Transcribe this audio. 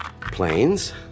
planes